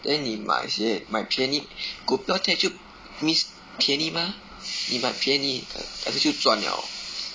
then 你买先买便宜股票跌就 means 便宜 mah 你买便宜 then 就赚了